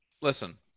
Listen